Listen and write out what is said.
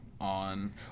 on